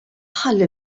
ħalli